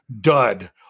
dud